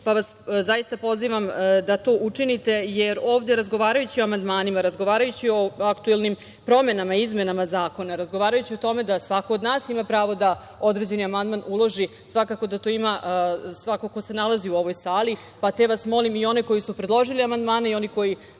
pa vas zaista pozivam da to učinite, jer ovde, razgovarajući o amandmanima, razgovarajući o aktuelnim promenama i izmenama zakona, razgovarajući o tome da svako od nas ima pravo da određeni amandman uloži. Svakako da to ima svako ko se nalazi u ovoj sali, pa te vas molim, i one koji su predložili amandmane i oni koji